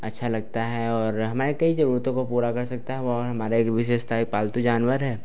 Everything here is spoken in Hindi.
अच्छा लगता है और हमारी कई ज़रूरतों को पूरा कर सकता हैं और हमारी एक विशेषता है पालतू जानवर है